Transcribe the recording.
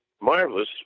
marvelous